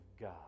God